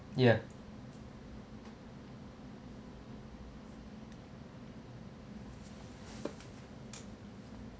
yeah